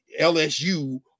LSU